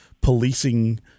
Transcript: policing